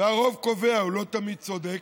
והרוב קובע, הוא לא תמיד צודק.